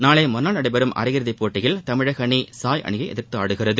நாளை மறுநாள் நடைபெறும் அரை இறுதி போட்டியில் தமிழக அணி சாய் அணியை எதிர்த்து ஆடுகிறது